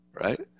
right